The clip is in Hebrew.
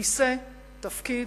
כיסא, תפקיד,